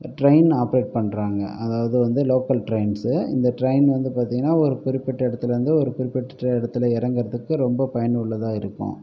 train operate பண்ணுறாங்க அதாவது வந்து லோக்கல் ட்ரெயின்ஸ் இந்த ட்ரெயின் வந்து பார்த்தீங்கன்னா ஒரு குறிப்பிட்ட இடத்துலேந்து ஒரு குறிப்பிட்ட இடத்துல இறங்கறதுக்கு ரொம்ப பயன் உள்ளதாக இருக்கும்